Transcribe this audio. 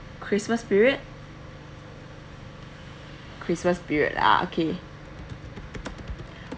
christmas period christmas period ah okay